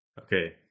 Okay